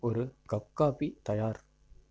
ஒரு cup coffee தயார்